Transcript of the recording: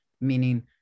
meaning